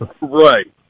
Right